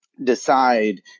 decide